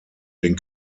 den